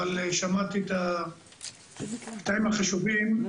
אבל שמעתי את הקטעים החשובים.